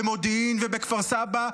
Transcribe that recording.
במודיעין או בכפר סבא.